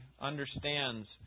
understands